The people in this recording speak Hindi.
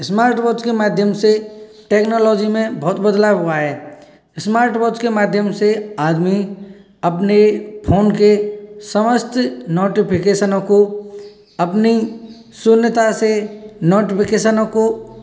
स्मार्ट वॉच के माध्यम से टेक्नोलॉजी में बहुत बदलाव हुआ है स्मार्ट वॉच के माध्यम से आदमी अपने फोन के समस्त नोटिफिकेशनों को अपनी शून्यता से नोटिफिकेशनों को